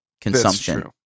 consumption